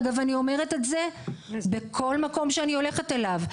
אגב, אני אומרת את זה בכל מקום שאני הולכת אליו,